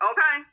Okay